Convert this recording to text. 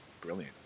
brilliant